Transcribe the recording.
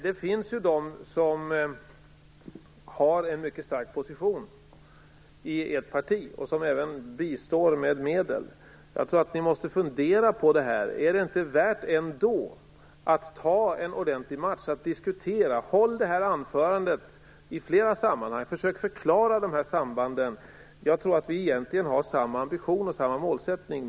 Det finns ju de som har en mycket stark position i ert parti och som även bistår med medel. Jag tror att ni måste fundera på detta: Är det ändå inte värt att ta en ordentlig match, att diskutera? Håll det här anförandet i flera sammanhang! Försök förklara de här sambanden! Jag tror att vi egentligen har samma ambition och samma målsättning.